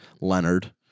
Leonard